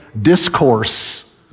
discourse